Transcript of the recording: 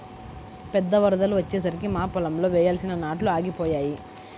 పెద్ద వరదలు వచ్చేసరికి మా పొలంలో వేయాల్సిన నాట్లు ఆగిపోయాయి